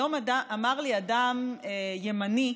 היום אמר לי אדם ימני,